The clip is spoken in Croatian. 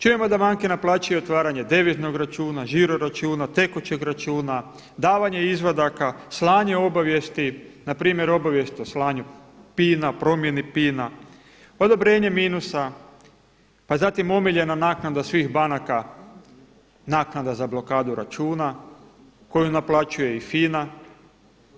Čujemo da banke naplaćuju otvaranje deviznog računa, žiro računa, tekućeg računa, davanje izvadaka, slanje obavijesti, npr. obavijest o slanju PIN-a, promjeni PIN-a, odobrenje minusa, pa zatim omiljena naknada svih banaka naknada za blokadu računu koju naplaćuje i FINA-a.